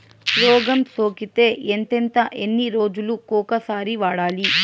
రోగం సోకితే ఎంతెంత ఎన్ని రోజులు కొక సారి వాడాలి?